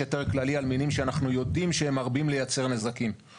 יש היתר כללי על מינים שאנחנו יודעים שהם מרבים לייצר נזקים.